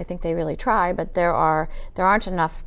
i think they really try but there are there aren't enough